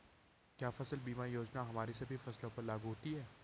क्या फसल बीमा योजना हमारी सभी फसलों पर लागू होती हैं?